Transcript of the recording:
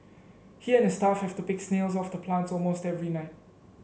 he and his staff have to pick snails off the plants almost every night